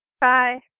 Bye